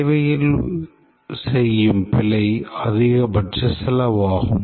தேவையில் செய்யும் பிழை அதிகபட்ச செலவாகும்